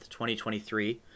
2023